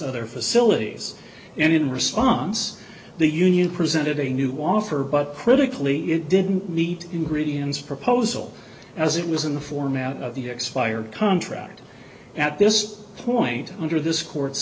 other facilities and in response the union presented a new offer but critically it didn't meet ingredients proposal as it was in the format of the expired contract at this point under this court